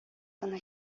гына